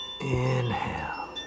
Inhale